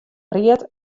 read